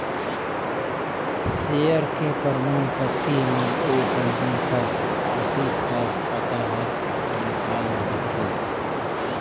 share के परमान पाती म ओ कंपनी कर ऑफिस कर पता हर लिखाल रहथे